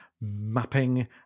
mapping